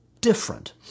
different